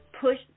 push